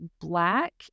Black